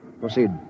Proceed